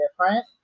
different